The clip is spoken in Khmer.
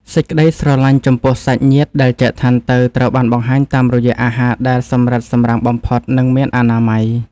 សេចក្តីស្រឡាញ់ចំពោះសាច់ញាតិដែលចែកឋានទៅត្រូវបានបង្ហាញតាមរយៈអាហារដែលសម្រិតសម្រាំងបំផុត និងមានអនាម័យ។